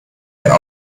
der